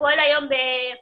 שפועל היום ברמלה,